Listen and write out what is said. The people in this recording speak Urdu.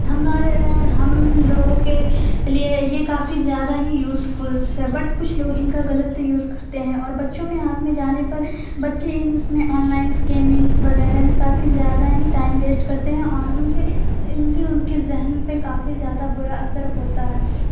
ہمارے ہم لوگوں کے لیے یہ کافی زیادہ ہی یوزفل ہے بٹ کچھ لوگ ان کا غلط یوز کرتے ہیں اور بچوں کے ہاتھ میں جانے پر بچے ان اس میں آن لائن گیمنگ وغیرہ میں کافی زیادہ ہی ٹائم ویسٹ کرتے ہیں اور ان سے ان سے ان کے ذہن پہ کافی زیادہ برا اثر ہوتا ہے